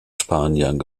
spaniern